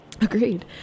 Agreed